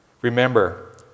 Remember